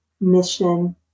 mission